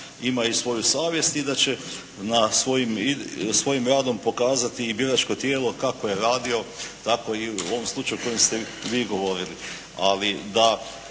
ima i svoju savjest i da će na svojim, svojim radom pokazati i biračko tijelo kako je radio. Tako i u ovom slučaju u kojem ste vi govorili. Ali da